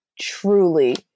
truly